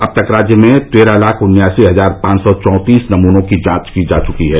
अब तक राज्य में तेरह लाख उन्यासी हजार पांच सौ चौंतीस नमूनों की जांच की जा चुकी है